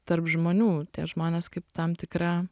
tarp žmonių tie žmonės kaip tam tikra